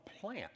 plant